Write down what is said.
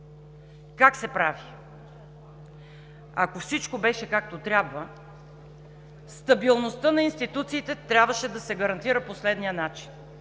Как се прави? Ако всичко беше както трябва, стабилността на институциите трябваше да се гарантира по следния начин: